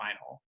final